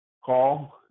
call